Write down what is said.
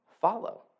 follow